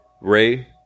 ray